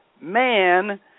Man